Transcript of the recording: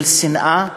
של שנאה,